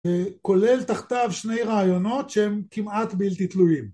כולל תחתיו שני רעיונות שהם כמעט בלתי תלויים